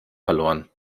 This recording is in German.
verloren